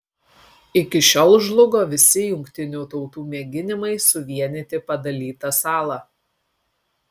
iki šiol žlugo visi jungtinių tautų mėginimai suvienyti padalytą salą